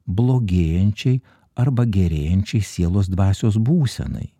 blogėjančiai arba gerėjančiai sielos dvasios būsenai